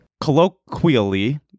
Colloquially